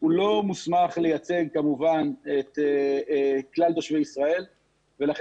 הוא לא מוסמך לייצג כמובן את כלל תושבי ישראל ולכן